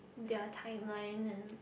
their timeline and